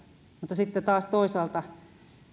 mutta sitten taas toisaalta